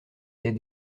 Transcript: des